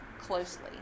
closely